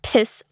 Piss